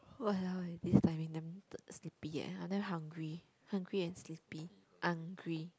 !walao! eh this timing damn s~ sleepy eh I'm damn hungry hungry and sleepy angry